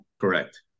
Correct